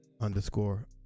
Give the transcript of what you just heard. underscore